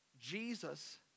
Jesus